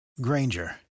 Granger